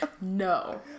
No